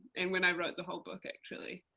and when i wrote the whole book actually.